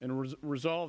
and reaso